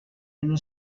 una